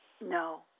No